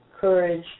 courage